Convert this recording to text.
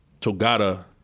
Togata